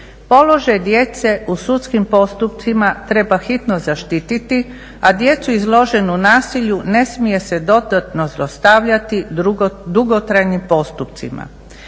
Položaj djece u sudskim postupcima treba hitno zaštiti a djecu izloženu nasilju ne smije se dodatno zlostavljati dugotrajnim postupcima.